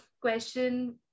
question